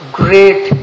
great